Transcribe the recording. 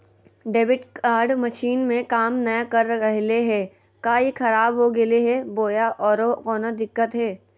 Debit card machine में काम नाय कर रहले है, का ई खराब हो गेलै है बोया औरों कोनो दिक्कत है?